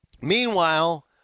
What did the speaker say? Meanwhile